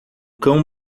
cão